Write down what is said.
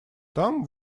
там